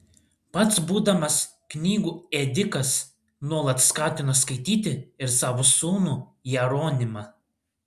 pats būdamas knygų ėdikas nuolat skatino skaityti ir savo sūnų jeronimą